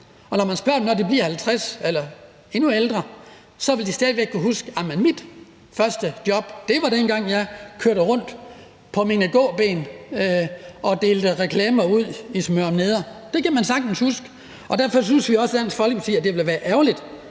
og når man spørger dem, når de er blevet 50 år eller endnu ældre, vil de stadig væk kunne huske: Jamen mit første job var, dengang jeg gik rundt og delte reklamer ud i Smørum Nedre. Det kan man sagtens huske. Derfor synes vi også i Dansk Folkeparti, at det ville være ærgerligt,